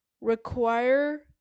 require